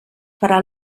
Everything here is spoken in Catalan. farà